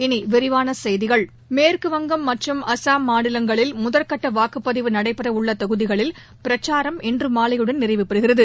இனி விரிவான செய்திகள் மேற்குவங்கம் மற்றும் அஸாம் மாநிலங்களில் முதற்கட்ட வாக்குப்பதிவு நடைபெற உள்ள தொகுதிகளில் பிரச்சாரம் இன்று மாலையுடன் நிறைவடைகிறது